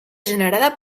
generada